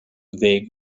ddeg